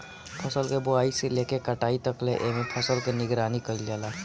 फसल के बोआई से लेके कटाई तकले एमे फसल के निगरानी कईल जाला